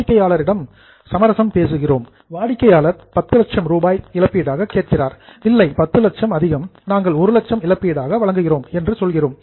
வாடிக்கையாளரிடம் சமரசம் பேசுகிறோம் வாடிக்கையாளர் 10 லட்சம் ரூபாய் இழப்பீடாக கேட்கிறார் இல்லை 10 லட்சம் அதிகம் நாங்கள் 1 லட்சம் இழப்பீடாக வழங்குகிறோம் என்று சொல்கிறோம்